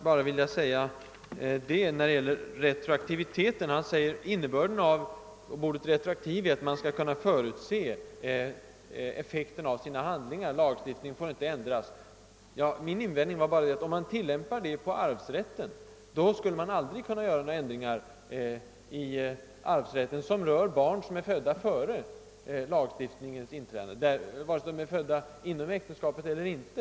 Herr Bohman sade att innebörden av ordet »retroaktiv» är att man skall kunna förutse effekten av sina handlingar; lagstiftningen får därför inte ändras på detta sätt. Min invändning var att om man tillämpar den regeln på arvsrätten, skulle man aldrig kunna göra några ändringar i arvsrätten vilka berör barn födda före lagens ikraftträdande, vare sig de är födda utom äktenskapet eller inte.